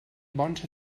bons